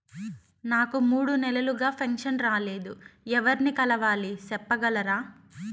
నాకు మూడు నెలలుగా పెన్షన్ రాలేదు ఎవర్ని కలవాలి సెప్పగలరా?